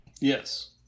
Yes